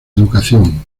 educación